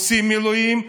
עושים מילואים,